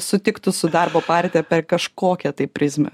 sutiktų su darbo partija per kažkokią tai prizmę